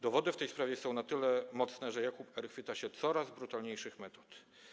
Dowody w tej sprawie są na tyle mocne, że Jakub R. chwyta się coraz brutalniejszych metod.